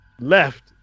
left